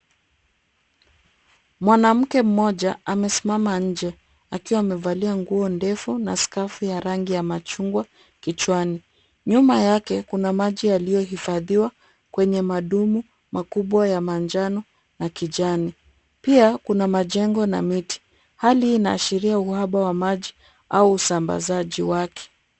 Mwanamke mmoja amesimama nje akiwa amevalia nguo ndefu na skafu ya rangi ya machungwa kichwani. Nyuma yake kuna maji yaliyohifadhiwa kwenye madumu makubwa ya manjano na kijani. Pia kuna majengo na miti. Hali hii inaashiria uhaba wa maji au usambazaji wake.